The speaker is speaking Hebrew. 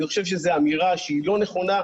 אני חושב שזו אמירה שהיא לא נכונה.